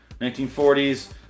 1940s